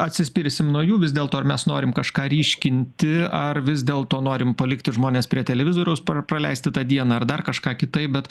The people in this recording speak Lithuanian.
atsispirsim nuo jų vis dėlto ar mes norim kažką ryškinti ar vis dėlto norim palikti žmones prie televizoriaus par praleisti tą dieną ar dar kažką kitaip bet